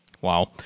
Wow